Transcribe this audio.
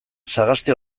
sagasti